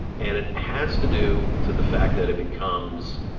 and it has to do to the fact that it becomes,